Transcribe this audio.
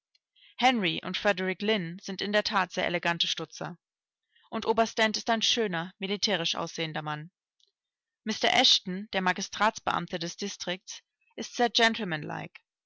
henry und frederick lynn sind in der that sehr elegante stutzer und oberst dent ist ein schöner militärisch aussehender mann mr eshton der magistratsbeamte des distrikts ist sehr